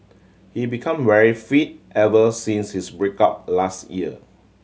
he become very fit ever since his break up last year